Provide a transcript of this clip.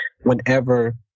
whenever